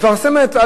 מפרסמת,